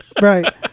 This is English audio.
Right